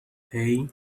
hey